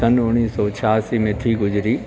सन उणिवीह सौ छियासी में थी गुज़िरी